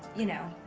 you know.